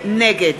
נגד